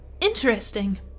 Interesting